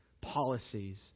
policies